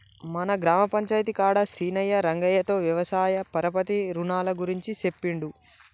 మన గ్రామ పంచాయితీ కాడ సీనయ్యా రంగయ్యతో వ్యవసాయ పరపతి రునాల గురించి సెప్పిండు